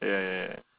ya ya ya ya